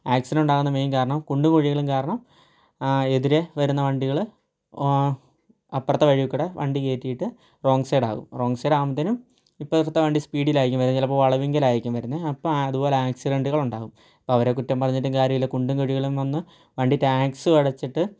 accident ആകുന്ന main കാരണം കുണ്ടും കുഴികളും കാരണം എതിരെ വരുന്ന വണ്ടികൾ അപ്പുറത്തെ വഴിയിൽ കൂടെ വണ്ടി കയറ്റിയിട്ട് റോങ്ങ് സൈഡാകും റോങ്ങ് സൈഡ് ആകുമ്പത്തേനും ഇപ്പുറത്തെ വണ്ടി സ്പീഡിൽ ആയിരിക്കും വരുന്നത് ചിലപ്പോൾ വളവിങ്കൽ ആയിരിക്കും വരുന്നത് അപ്പം അതുപോലെ ആക്സിഡന്റ്റുകൾ ഉണ്ടാകും അപ്പോൾ അവരെ കുറ്റം പറഞ്ഞിട്ടും കാര്യമില്ല കുണ്ടും കുഴികളും വന്ന് വണ്ടി ടാക്സും അടച്ചിട്ട്